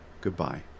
goodbye